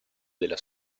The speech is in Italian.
della